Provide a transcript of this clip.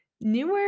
newer